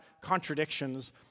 contradictions